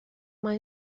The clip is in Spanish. más